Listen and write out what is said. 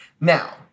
Now